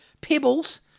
Pebbles